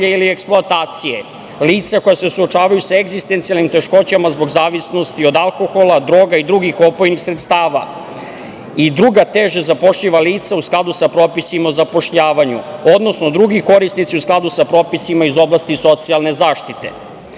ili eksploatacije, lica koja se suočavaju sa egzistencijalnim teškoćama zbog zavisnosti od alkohola, droga i drugih opojnih sredstava i druga teže zapošljiva lica u skladu sa propisima o zapošljavanju, odnosno drugi korisnici u skladu sa propisima iz oblasti socijalne